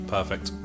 Perfect